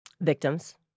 Victims